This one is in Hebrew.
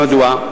מדוע?